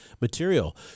material